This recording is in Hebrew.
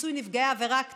פיצוי נפגעי עבירה קטינים,